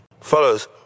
Fellas